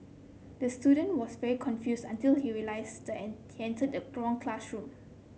the student was very confused until he realized and he entered the wrong classroom